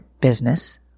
business